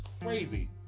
crazy